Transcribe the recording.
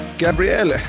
Gabrielle